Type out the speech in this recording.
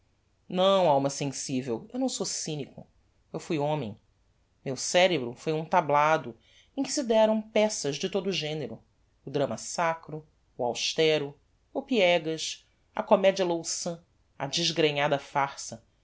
não alma sensivel eu não sou cynico eu fui homem meu cerebro foi um tablado em que se deram peças de todo o genero o drama sacro o austero o piegas a comedia louçã a desgrenhada farça